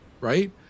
right